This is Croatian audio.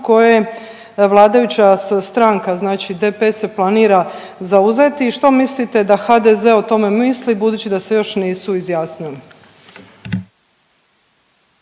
koje vladajuća stranka znači DP se planira zauzeti i što mislite da HDZ o tome misli budući da se još nisu izjasnili.